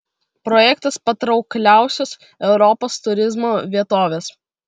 projektas patraukliausios europos turizmo vietovės